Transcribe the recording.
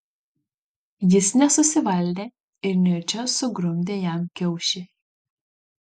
jis nesusivaldė ir nejučia sugrumdė jam kiaušį